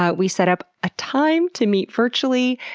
ah we set up a time to meet virtually.